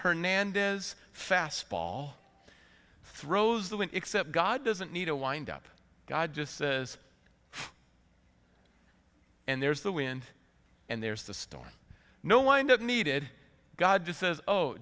hernandez fastball throws the wind except god doesn't need a wind up god just is and there's the wind and there's the storm no wind of needed god just says oh